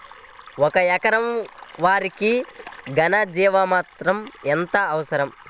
ఒక ఎకరా వరికి ఘన జీవామృతం ఎంత అవసరం?